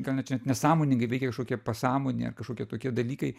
gal čia net nesąmoningai veikia kažkokie pasąmonėje kažkokie tokie dalykai